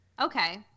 Okay